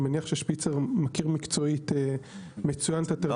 ששפיצר מכיר את הטרמינולוגיה המקצועית מצוין,